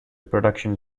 production